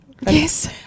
Yes